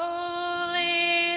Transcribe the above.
Holy